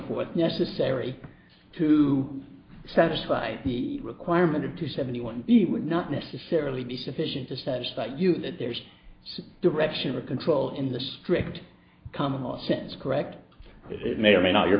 forth necessary to satisfy the requirement to seventy one he would not necessarily be sufficient to satisfy you that there's some direction or control in the strict common sense correct it may or may not your